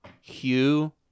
Hugh